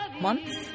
months